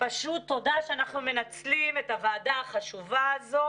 פשוט תודה שאנחנו מנצלים את הוועדה החשובה הזאת